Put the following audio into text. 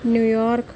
New York